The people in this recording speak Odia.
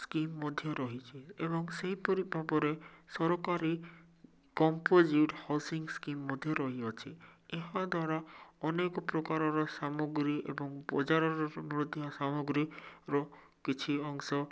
ସ୍କିମ୍ ମଧ୍ୟ ରହିଛି ଏବଂ ସେହିପରି ଭାବରେ ସରକାରୀ ସ୍କିମ୍ ମଧ୍ୟ ରହିଅଛି ଏହାଦ୍ଵାରା ଅନେକ ପ୍ରକାରର ସାମଗ୍ରୀ ଏବଂ ବଜାରର ସାମଗ୍ରୀ ର କିଛି ଅଂଶ